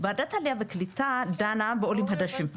ועדת העלייה וקליטה, דנה בעולים חדשים.